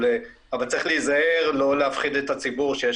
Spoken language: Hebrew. אבל צריך להיזהר לא להפחיד את הציבור שיש